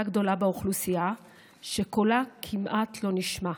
גדולה באוכלוסייה שקולה כמעט לא נשמע.